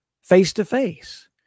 face-to-face